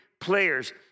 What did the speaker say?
players